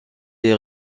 est